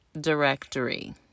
Directory